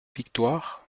victoire